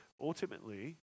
ultimately